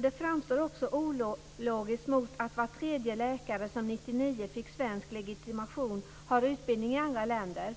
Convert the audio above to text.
Det framstår också ologiskt mot att var tredje läkare som 1999 fick svensk legitimation har utbildning i andra länder.